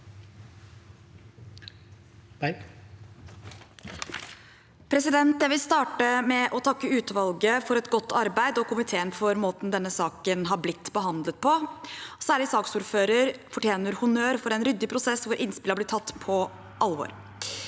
Jeg vil starte med å takke utvalget for et godt arbeid og komiteen for måten denne saken har blitt behandlet på. Særlig saksordføreren fortjener honnør for en ryddig prosess hvor innspill har blitt tatt på alvor.